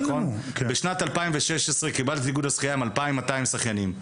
בשנת 2016 קיבלתי איגוד שחייה עם 2,200 שחיינים,